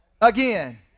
again